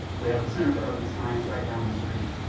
we have the center for open science right down the street.